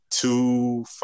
two